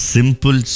Simple